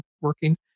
working